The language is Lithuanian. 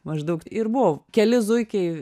maždaug ir buvo keli zuikiai